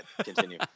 continue